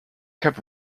kept